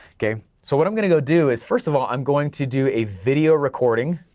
okay. so what i'm gonna go do is first of all i'm going to do a video recording,